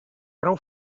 prou